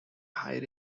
higher